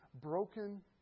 broken